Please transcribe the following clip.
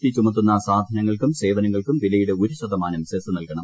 T ചുമത്തുന്ന സാധനങ്ങൾക്കും സേവനങ്ങൾക്കും വിലയുടെ ഒരു ശതമാനം സെസ് നൽകണം